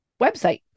website